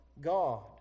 God